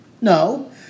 No